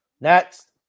Next